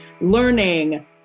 learning